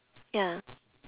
ya